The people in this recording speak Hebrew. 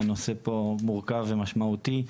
הנושא פה מורכב ומשמעותי,